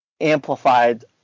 amplified